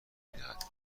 میدهد